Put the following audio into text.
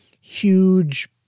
huge